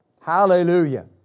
Hallelujah